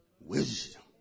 wisdom